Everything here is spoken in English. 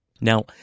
Now